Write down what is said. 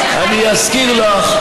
אני אזכיר לך,